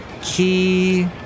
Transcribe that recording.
key